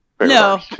no